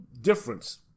difference